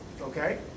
Okay